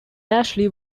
ashley